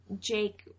Jake